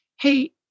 hey